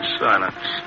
silence